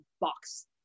box